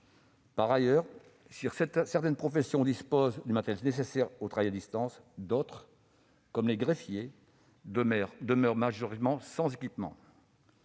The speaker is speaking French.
Par ailleurs, si certaines professions disposent du matériel nécessaire au travail à distance, d'autres, comme les greffiers, demeurent très majoritairement sans équipement.